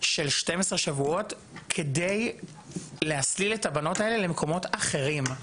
של 12 שבועות כדי להסליל את הבנות האלה למקומות אחרים.